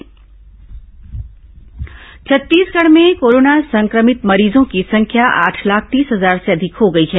corona समाचार छत्तीसगढ़ में corona संक्रमित मरीजों की संख्या आठ लाख तीस हजार से अधिक हो गई है